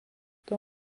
tuo